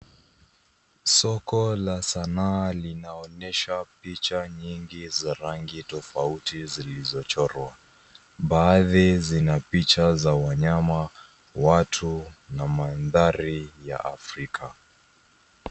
Soko la sanaa linaonyesha picha nyingi za rangi tofauti zilizochorwa. Baadhi zina picha za wanyama, watu na mandhari ya Afrika.